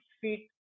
feet